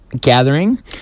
gathering